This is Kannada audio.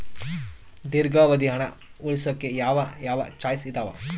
ದೇರ್ಘಾವಧಿ ಹಣ ಉಳಿಸೋಕೆ ಯಾವ ಯಾವ ಚಾಯ್ಸ್ ಇದಾವ?